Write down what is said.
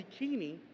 bikini